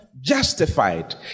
justified